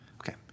Okay